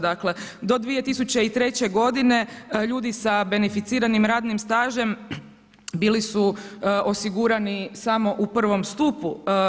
Dakle, do 2003. godine ljudi sa beneficiranim radnim stažem bili su osigurani samo u prvom stupu.